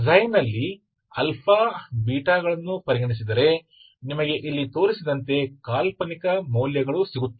ದಲ್ಲಿ ಗಳನ್ನು ಪರಿಗಣಿಸಿದರೆ ನಿಮಗೆ ಇಲ್ಲಿ ತೋರಿಸಿದಂತೆ ಕಾಲ್ಪನಿಕ ಮೌಲ್ಯಗಳು ಸಿಗುತ್ತವೆ